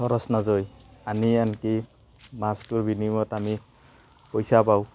খৰচ নাজাই আনি আনকি মাছটো বিনিময়ত আমি পইচা পাওঁ